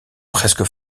presque